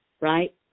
right